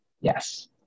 Yes